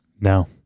No